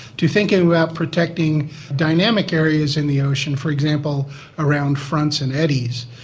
to thinking about protecting dynamic areas in the ocean, for example around fronts and eddies.